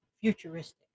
futuristic